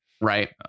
Right